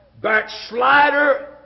backslider